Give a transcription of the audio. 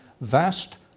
vast